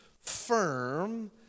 firm